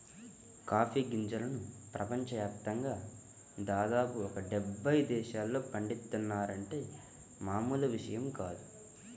coffee గింజలను ప్రపంచ యాప్తంగా దాదాపు ఒక డెబ్బై దేశాల్లో పండిత్తున్నారంటే మామూలు విషయం కాదు